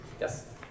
yes